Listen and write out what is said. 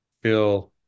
feel